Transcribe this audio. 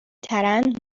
ترند